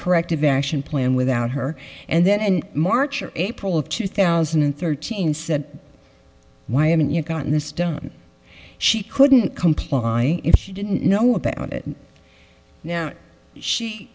corrective action plan without her and then march or april of two thousand and thirteen said why haven't you gotten this done she couldn't comply if she didn't know about it